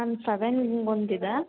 ma'am ಸೆವೆನ್ನಿಗೆ ಒಂದಿದೆ